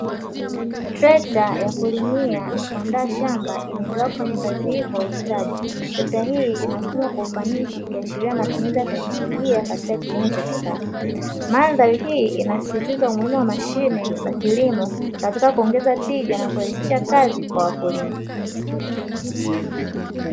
Trekta ya kulimia na kuanda shamba inaendelea kufanya kazi hii kwa ustadi, trekta hii inasukumwa kwa ufanisi ikiashiria matumizi ya teknolojia katika kilimo cha kisasa, mandhari hii inasisitiza umuhimu wa mashine za kilimo katika kuongeza tija na kurahisisha kazi kwa wakulima.